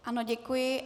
Ano, děkuji.